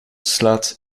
slaat